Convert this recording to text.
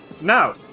Now